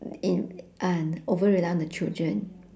in and over rely on the children